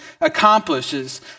accomplishes